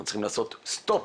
אנחנו צריכים לעשות "סטופ"